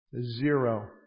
Zero